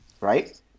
right